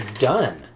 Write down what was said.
done